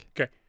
Okay